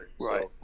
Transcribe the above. right